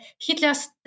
Hitler's